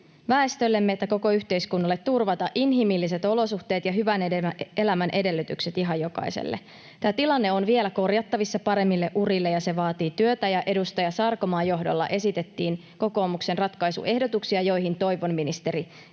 väestöllemme ja meidän koko yhteiskunnalle inhimilliset olosuhteet ja hyvän elämän edellytykset, ihan jokaiselle. Tämä tilanne on vielä korjattavissa paremmille urille. Se vaatii työtä, ja edustaja Sarkomaan johdolla esitettiin kokoomuksen ratkaisuehdotuksia, joihin toivon ministeri